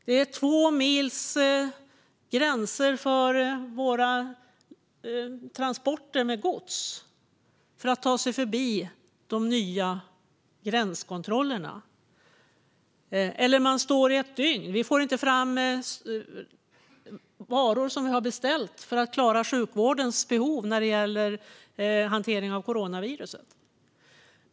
Det är två mils gränser för våra transporter med gods att ta sig förbi med de nya gränskontrollerna. Eller så blir de stående i ett dygn, och vi får inte fram de varor som vi har beställt för att klara sjukvårdens behov när det gäller hanteringen av coronaviruset.